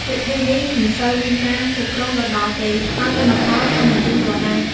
វិធីនេះមិនសូវមានការគ្រប់គ្រងដិតដល់ទេ ហើយទិន្នផលក៏មិនទៀងទាត់ដែរ។